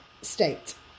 State